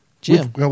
Jim